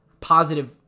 positive